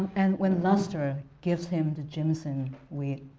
and when luster gives him the jimson weed,